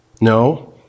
No